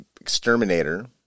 exterminator